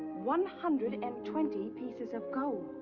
one hundred and twenty pieces of gold.